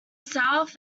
south